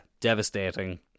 devastating